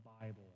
Bible